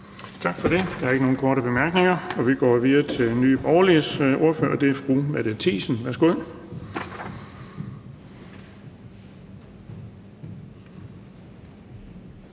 Tak for det. Der er ikke nogen korte bemærkninger, og vi går videre til Nye Borgerliges ordfører, og det er fru Mette Thiesen. Værsgo.